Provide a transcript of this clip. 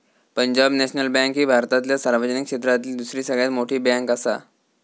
Punjab National Bank ही भारतातल्या सार्वजनिक क्षेत्रातली दुसरी सगळ्यात मोठी बँकआसा